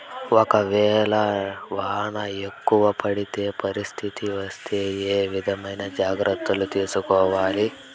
ఒక వేళ వాన తక్కువ పడే పరిస్థితి వస్తే ఏ విధమైన జాగ్రత్తలు తీసుకోవాలి?